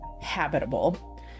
habitable